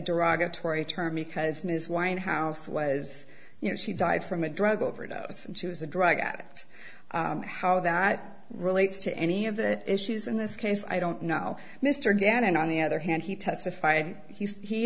derogatory term because ms winehouse was you know she died from a drug overdose and she was a drug addict how that relates to any of the issues in this case i don't know mr gannon on the other hand he testified he